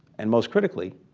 and most critically,